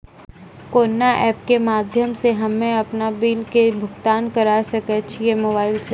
कोना ऐप्स के माध्यम से हम्मे अपन बिल के भुगतान करऽ सके छी मोबाइल से?